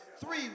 three